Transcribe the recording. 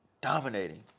dominating